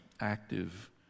active